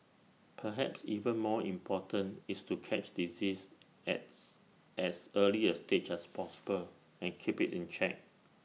perhaps even more important is to catch diseases as as early A stage as possible and keep IT in check